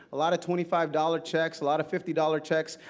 a lot of twenty five dollars checks. a lot of fifty dollars checks.